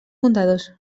fundadors